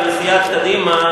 חברי מסיעת קדימה,